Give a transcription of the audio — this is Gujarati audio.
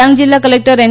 ડાંગ જિલ્લા કલેકટર એન